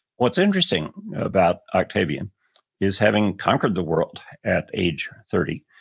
what's interesting about octavian is having conquered the world at age thirty,